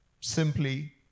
Simply